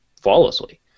flawlessly